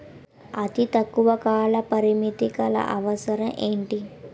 అతి తక్కువ కాల పరిమితి గల అవసరం ఏంటి